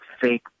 fake